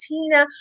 Tina